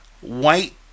white